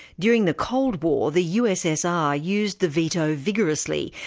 during the cold war, the ussr used the veto vigorously,